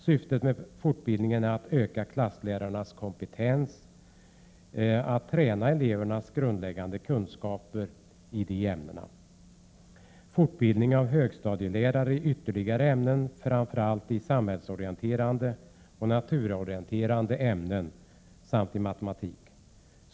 Syftet med fortbildningen är att öka klasslärarnas kompetens att träna elevernas grundläggande kunskaper i dessa ämnen. 3. Fortbildning av högstadielärare i ytterligare några ämnen, framför allt i samhällsorienterande och naturorienterande ämnen samt i matematik.